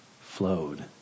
flowed